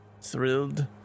thrilled